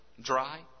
Dry